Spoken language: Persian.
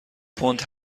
پوند